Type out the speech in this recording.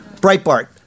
Breitbart